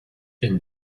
been